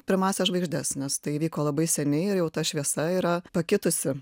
pirmąsias žvaigždes nes tai įvyko labai seniai ir jau ta šviesa yra pakitusi